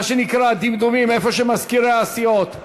מה שנקרא "הדמדומים", של מזכירי הסיעות.